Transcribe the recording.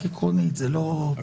רק עקרונית, זה לא פרסונלית.